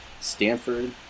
Stanford